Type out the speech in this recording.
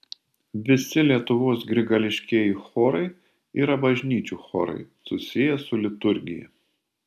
visi lietuvos grigališkieji chorai yra bažnyčių chorai susiję su liturgija